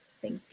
Thank